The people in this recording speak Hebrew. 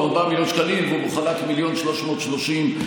הוא 4 מיליון שקלים, והוא מחולק: 1.33 מיליון